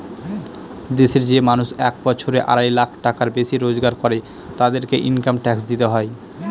দেশের যে মানুষ এক বছরে আড়াই লাখ টাকার বেশি রোজগার করে, তাদেরকে ইনকাম ট্যাক্স দিতে হয়